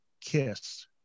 Kiss